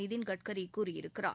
நிதின் கட்கரி கூறியிருக்கிறார்